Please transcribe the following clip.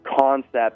concept